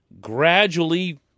gradually